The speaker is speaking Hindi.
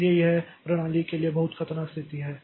इसलिए यह प्रणाली के लिए बहुत खतरनाक स्थिति है